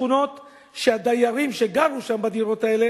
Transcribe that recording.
בשכונות שהדיירים שגרו בדירות האלה